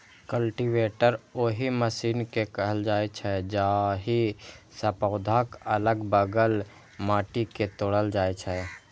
cultivator ओहि machine कें कहल जाइ छै, जाहि सं पौधाक अलग बगल माटि कें कोड़ल जाइ छै